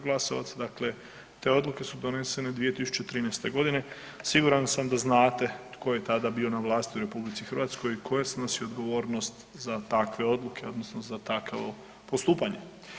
Glasovac, dakle, te odluke su donesene 2013. g., siguran sam da znate tko je tada bio na vlasti u RH, tko je snosio odgovornost za takve odluke, odnosno za takvo postupanje.